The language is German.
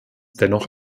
dennoch